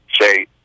say